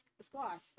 squash